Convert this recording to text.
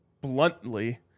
bluntly